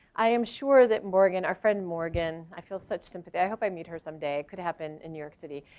i am sure that morgan, our friend morgan, i feel such sympathy, i hope i meet her someday could happen in new york city,